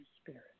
Spirit